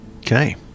okay